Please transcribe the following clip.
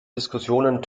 diskussionen